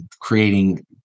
creating